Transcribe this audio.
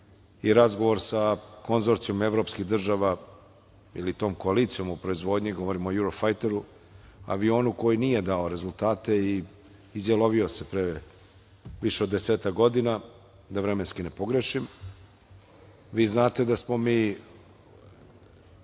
i razgovor sa konzorcijumom evropskih država ili tom koalicijom o proizvodnji, govorim o Jurofajteru, avionu koji nije dao rezultate i izjalovio se pre više od desetak godina, da vremenski ne pogrešim. Vi znate da smo mi